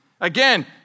Again